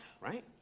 right